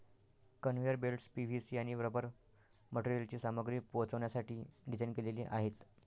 conveyor belts PVC आणि rubber मटेरियलची सामग्री पोहोचवण्यासाठी डिझाइन केलेले आहेत